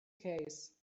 case